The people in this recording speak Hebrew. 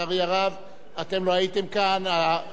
יושב-ראש ועדת החוץ והביטחון סיכם,